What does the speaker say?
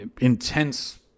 intense